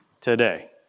today